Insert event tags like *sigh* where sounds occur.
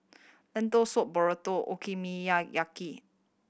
Lentil Soup Burrito *unintelligible*